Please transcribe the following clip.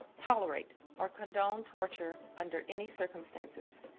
tolerate or condone torture under any circumstances.